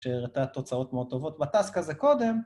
שהראתה תוצאות מאוד טובות בטאסק הזה קודם.